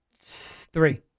Three